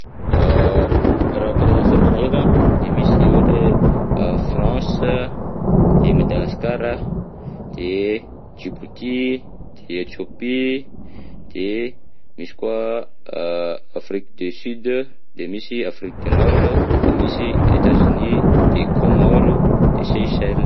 Raha karazana firenena ndreka de misy ohatra hoe France, de Madagasikara, de Djibouti, de Ethiopie, de misy koa a- Afrique du Sud, de misy Afrique de Nord, de misy Etats Unis de Comores, de Seychelles.